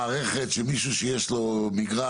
50% מבעלי הקרקע בתחום התוכנית החדש שעליה הוא מגיש את